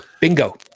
Bingo